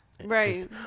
Right